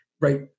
right